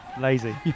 lazy